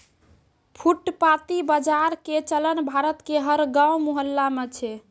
फुटपाती बाजार के चलन भारत के हर गांव मुहल्ला मॅ छै